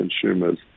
consumers